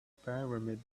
pyramids